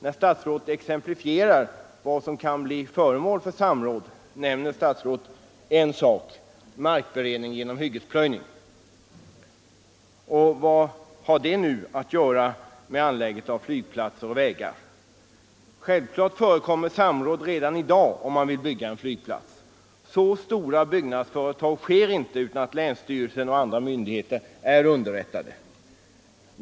När statsrådet exemplifierar vad som kan bli föremål för samråd nämner han en sak: markberedning genom hyggesplöjning. Vad har nu detta att göra med anläggning av flygplatser och vägar? Självklart förekommer ett samråd redan i dag, om man vill bygga en flygplats. Så stora byggnadsföretag sker inte utan att länsstyrelsen och andra myndigheter är underrättade.